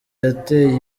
yateye